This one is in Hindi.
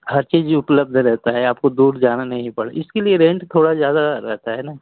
हर चीज़ उपलब्ध रहता है आपको दूर जाना नहीं पड़े इसके लिए रेन्ट थोड़ा ज़्यादा लगता है ना